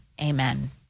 Amen